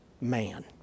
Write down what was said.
man